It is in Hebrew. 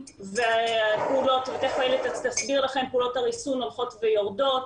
תיכף אילת תסביר לכם שפעולות הריסון הולכות ויורדות.